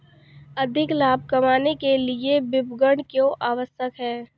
अधिक लाभ कमाने के लिए विपणन क्यो आवश्यक है?